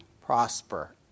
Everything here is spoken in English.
prosper